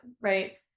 right